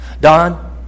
Don